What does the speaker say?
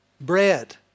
bread